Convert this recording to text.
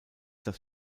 das